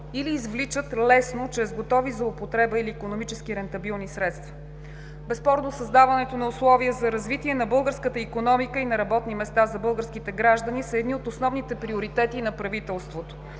или извличат лесно – чрез готови за употреба или икономически рентабилни средства. Създаването на условия за развитие на българската икономика и на работни места за българските граждани са безспорно едни от основните приоритети на правителството.